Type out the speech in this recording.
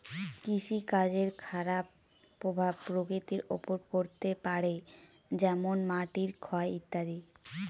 কৃষিকাজের খারাপ প্রভাব প্রকৃতির ওপর পড়তে পারে যেমন মাটির ক্ষয় ইত্যাদি